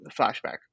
flashback